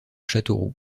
châteauroux